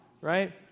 Right